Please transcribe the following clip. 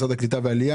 משרד העלייה והקליטה,